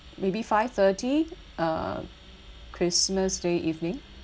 maybe five thirty uh christmas day evening